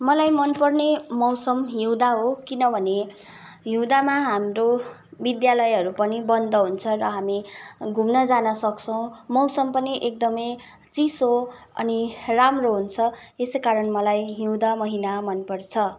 मलाई मन पर्ने मौसम हिउँदो हो किनभने हिउँदोमा हाम्रो विद्यालयहरू पनि बन्द हुन्छ र हामी घुम्न जान सक्छौँ मौसम पनि एकदमै चिसो अनि राम्रो हुन्छ त्यसैकारण मलाई हिउँदो महिना मन पर्छ